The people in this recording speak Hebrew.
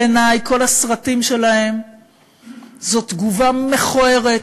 בעיני כל הסרטים שלהם הם תגובה מכוערת,